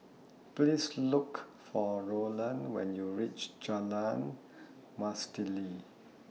Please Look For Roland when YOU REACH Jalan Mastuli